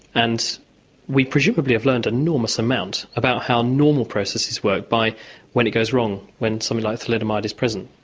and we presumably have learned an enormous amount about how normal processes work by when it goes wrong when something like thalidomide is present.